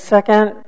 Second